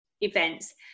events